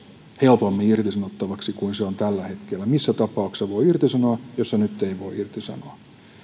helpommin irtisanottavaksi kuin se on tällä hetkellä että missä tapauksessa voi irtisanoa jossa nyt ei voi irtisanoa